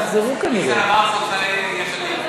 אנחנו קיימנו בינינו, מותר לך לומר שם.